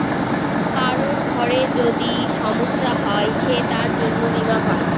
কারোর ঘরে যদি সমস্যা হয় সে তার জন্য বীমা পাই